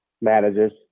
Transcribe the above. managers